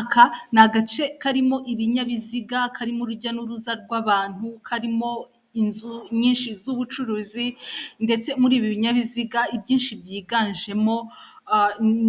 Aka ni agace karimo ibinyabiziga, karimo urujya n'uruza rw'abantu, karimo inzu nyinshi z'ubucuruzi ndetse muri ibi binyabiziga ibyinshi byiganjemo